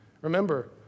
Remember